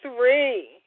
three